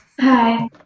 Hi